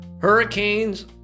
Hurricanes